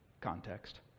context